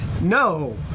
No